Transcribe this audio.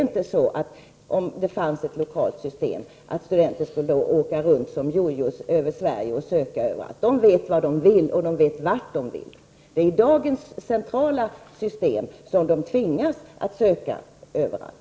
Fanns det ett lokalt system behövde inte studenter fara omkring som jojor överallt i landet. Studenterna vet vad de vill, de vet vart de vill komma. Med dagens centrala system tvingas de söka överallt.